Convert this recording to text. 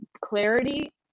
clarity